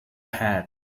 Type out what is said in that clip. hat